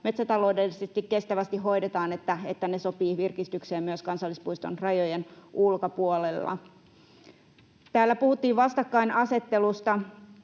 metsäta-loudellisesti kestävästi hoidetaan, että ne sopivat virkistykseen myös kansallispuiston rajojen ulkopuolella. Täällä puhuttiin vastakkainasettelusta.